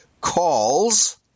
Calls